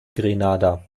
grenada